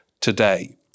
today